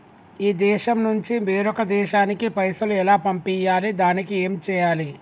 ఈ దేశం నుంచి వేరొక దేశానికి పైసలు ఎలా పంపియ్యాలి? దానికి ఏం చేయాలి?